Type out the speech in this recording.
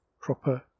proper